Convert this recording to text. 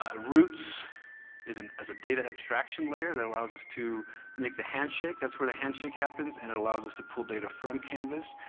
ah roots is and is a data abstraction layer that allows us to make the handshake. that's where the handshake happens. and it allows us to pull data from canvas.